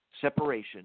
separation